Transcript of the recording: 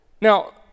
Now